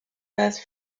first